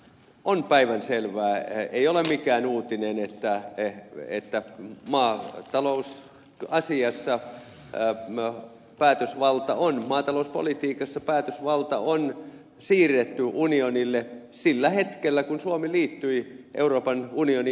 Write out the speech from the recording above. on päivänselvää ei ole mikään uutinen että en yritä maan talous on asiassa ajan myötä päätösvalta on maatalouspolitiikassa päätösvalta on siirretty unionille sillä hetkellä kun suomi liittyi euroopan unionin jäseneksi